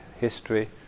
history